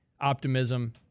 optimism